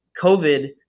COVID